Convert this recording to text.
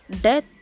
death